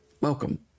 Welcome